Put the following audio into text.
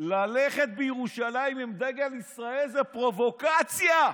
שללכת בירושלים עם דגל ישראל זו פרובוקציה.